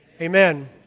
Amen